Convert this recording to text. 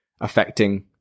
affecting